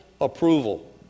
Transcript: approval